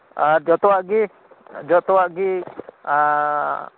ᱟᱨ ᱡᱚᱛᱚᱣᱟᱜᱤ ᱡᱚᱛᱚᱣᱟᱜᱤ